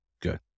Good